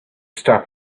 stop